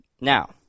Now